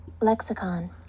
Lexicon